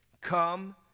come